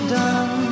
done